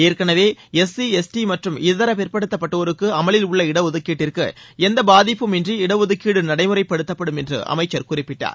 ஏற்கெனவே S C S T மற்றும் இதர பிற்படுத்தப்பட்டோருக்கு அமலில் உள்ள இட ஒதுக்கீட்டிற்கு எந்த பாதிப்பும் இன்றி இடஒதுக்கீடு நடைமுறைப்படுத்தப்படும் என்று அமைச்சர் குறிப்பிட்டார்